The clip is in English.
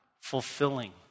fulfilling